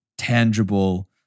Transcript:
tangible